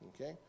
okay